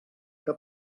que